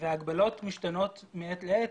וההגבלות משתנות מעת לעת.